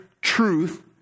truth